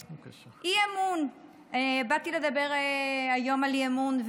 אי-אמון, באתי לדבר היום על אי-אמון.